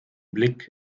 blick